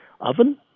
oven